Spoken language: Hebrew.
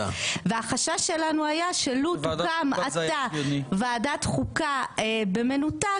והחשש שלנו היה שלו תוקם עתה ועדת חוקה במנותק,